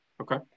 okay